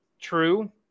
true